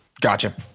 Gotcha